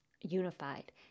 unified